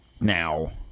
Now